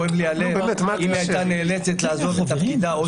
כואב לי הלב אם היא הייתה נאלצת לעזוב את תפקידה,